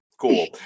cool